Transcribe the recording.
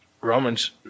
Romans